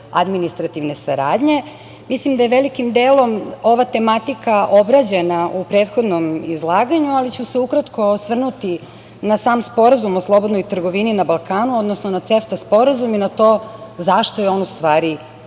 administrativne saradnje. Mislim da je velikim delom ova tematika obrađena u prethodnom izlaganju, ali ću se ukratko osvrnuti na sam sporazum o slobodnoj trgovini na Balkanu, odnosno na CEFTA sporazum i na to zašto je on u stvari